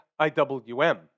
IWM